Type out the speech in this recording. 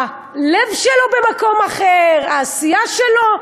הלב שלו במקום אחר, העשייה שלו,